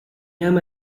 ama